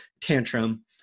tantrum